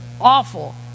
awful